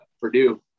Purdue